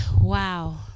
Wow